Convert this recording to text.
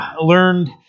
learned